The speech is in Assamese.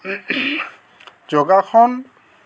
যোগাসন